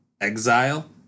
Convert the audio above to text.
exile